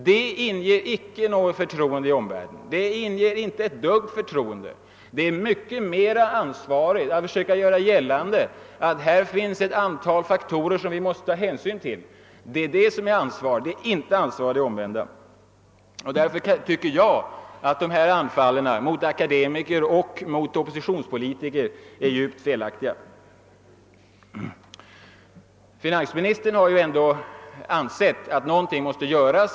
Det inger inte något förtroende hos omvärlden. Det är förenat med större ansvar att försöka göra gällande att här finns ett antal riskfyllda faktorer som vi måste ta hänsyn till. Detta är att ta ansvar, inte det omvända. Därför tycker jag att de utfall som gjorts mot akademiker och oppositionspolitiker är felaktiga. Finansministern har ändå ansett att någonting måste göras.